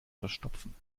verstopfen